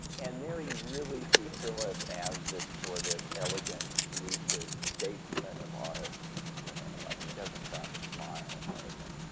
and there you really see philip as this sort of elegant, lucid statesman of art. you know, i mean, he doesn't crack a smile hardly.